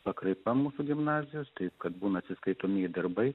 pakraipa mūsų gimnazijos taip kad būna atsiskaitomieji darbai